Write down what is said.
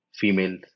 female